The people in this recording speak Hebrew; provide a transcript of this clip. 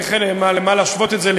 למה להשוות את זה,